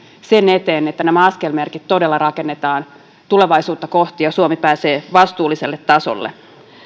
sen eteen että nämä askelmerkit todella rakennetaan tulevaisuutta kohti ja suomi pääsee vastuulliselle tasolle